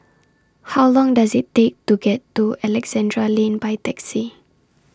How Long Does IT Take to get to Alexandra Lane By Taxi